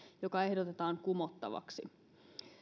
joka ehdotetaan kumottavaksi